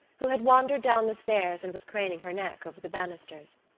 who had wandered down the stairs and was craning her neck over the banisters.